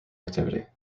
activity